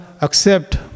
accept